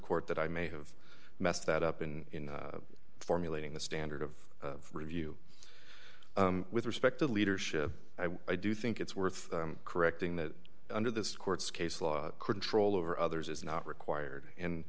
court that i may have messed that up in formulating the standard of review with respect to leadership i do think it's worth correcting that under this court's case law control over others is not required and